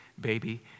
baby